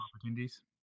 opportunities